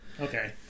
Okay